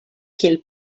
kiel